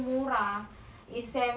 oh